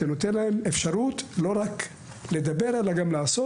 זה נותן להן אפשרות, לא רק לדבר, אלא גם לעשות.